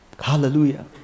Hallelujah